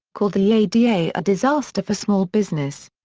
called the ada a a disaster for small business.